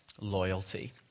loyalty